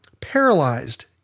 paralyzed